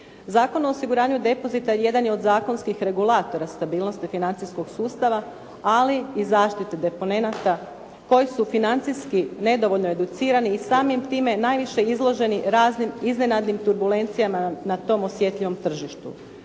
Zakon o osiguranju depozita jedan je od zakonskih regulatora stabilnosti financijskog sustava, ali i zaštite deponenata koji su financijski nedovoljno educirani i samim time najviše izloženi raznim iznenadnim turbulencijama na tom osjetljivom tržištu.